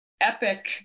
epic